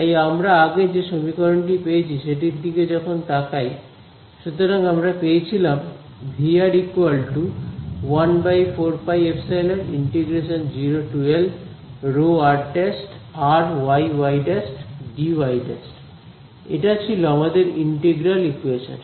তাই আমরা আগে যে সমীকরণটি পেয়েছি সেটির দিকে যখন তাকাই সুতরাং আমরা পেয়েছিলাম V 14πε ρr ′Ry y′dy ′ এটা ছিল আমাদের ইন্টিগ্রাল ইকোয়েশন